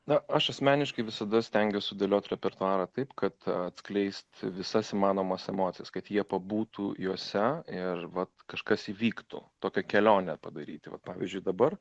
na aš asmeniškai visada stengiuos sudėliot repertuarą taip kad atskleist visas įmanomas emocijas kad jie pabūtų jose ir vat kažkas įvyktų tokią kelionę padaryti va pavyzdžiui dabar